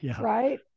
Right